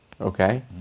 Okay